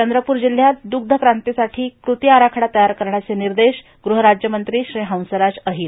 चंद्रपूर जिल्ह्यात दुग्ध क्रांतीसाठी क्रती आराखडा तयार करण्याचे निर्देश गृहराज्यमंत्री श्री हंसराज अहिर